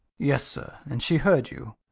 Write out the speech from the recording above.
yes, sir and she heard you.